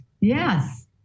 Yes